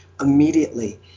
immediately